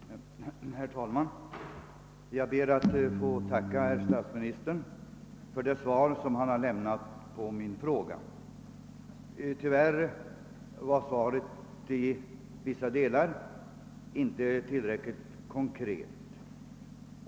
Herr talman! Jag ber att få tacka herr statsministern för det svar som han lämnat på min fråga. Tyvärr var svaret i vissa delar inte tillräckligt konkret.